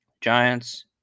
Giants